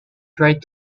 tried